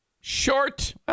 short